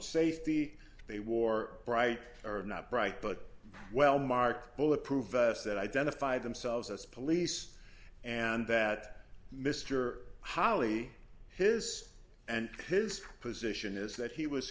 safety they wore bright or not bright but well marked bulletproof vests that identify themselves as police and that mr holly his and his position is that he was